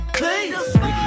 please